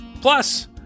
Plus